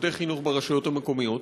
עובדי חינוך ברשויות המקומיות.